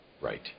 Right